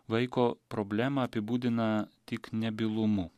vaiko problemą apibūdina tik nebylumu